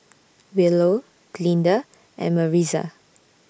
Willow Glinda and Maritza